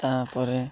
ତାପରେ